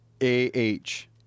A-H